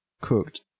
cooked